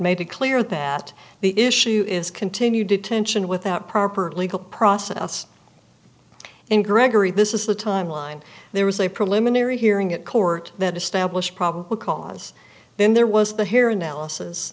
made it clear that the issue is continued detention without proper legal process and gregory this is the timeline there was a preliminary hearing at court that establish probable cause then there was the here analysis